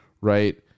Right